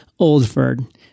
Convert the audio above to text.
Oldford